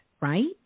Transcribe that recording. right